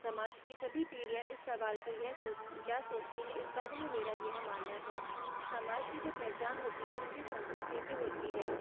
समाज की सभी पीढ़ियाँ इस सवाल पर यह सोचते क्या सोचती हैं इस बारे में मेरा यह मानना है कि समाज की जो पहचान होती है उनकी संस्कृति से होती है